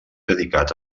dedicat